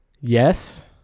Yes